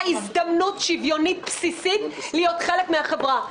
הזדמנות שוויונית בסיסית להיות חלק מן החברה.